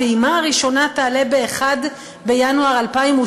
הפעימה הראשונה תעלה ב-1 בינואר 2017,